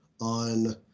on